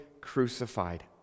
crucified